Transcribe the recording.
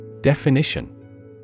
Definition